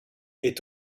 est